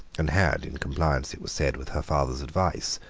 and had, in compliance, it was said, with her father's advice,